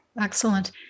Excellent